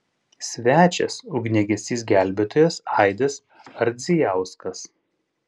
svečias ugniagesys gelbėtojas aidas ardzijauskas